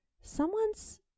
someone's